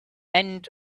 end